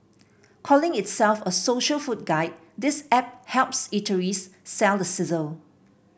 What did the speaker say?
calling itself a social food guide this app helps eateries sell the sizzle